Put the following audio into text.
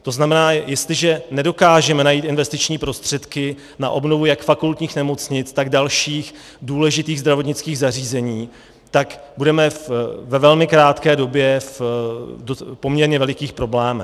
To znamená, jestliže nedokážeme najít investiční prostředky na obnovu jak fakultních nemocnic, tak dalších důležitých zdravotnických zařízení, tak budeme ve velmi krátké době v poměrně velikých problémech.